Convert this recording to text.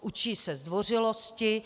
Učí se zdvořilosti.